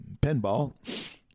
Pinball